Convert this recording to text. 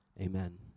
amen